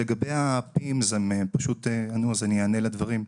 שלגבי ה-PIMS, הם פשוט ענו, אז אני אענה לדברים.